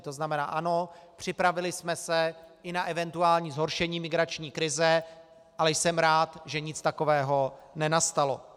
To znamená ano, připravili jsme se i na eventuální zhoršení migrační krize, ale jsem rád, že nic takového nenastalo.